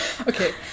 Okay